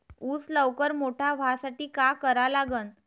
ऊस लवकर मोठा व्हासाठी का करा लागन?